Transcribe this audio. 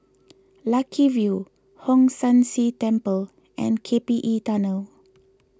Lucky View Hong San See Temple and K P E Tunnel